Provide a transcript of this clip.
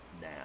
now